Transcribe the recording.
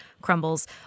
crumbles